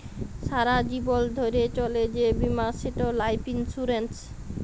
সারা জীবল ধ্যইরে চলে যে বীমা সেট লাইফ ইলসুরেল্স